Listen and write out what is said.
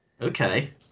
Okay